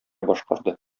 башкарды